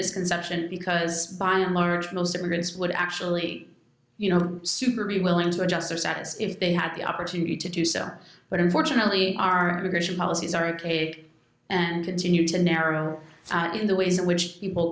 misconception because by and large most immigrants would actually you know super be willing to adjust their status if they had the opportunity to do so but unfortunately our immigration policies are ok and continue to narrow in the ways in which people